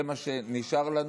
זה מה שנשאר לנו.